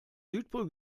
südpol